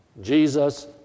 Jesus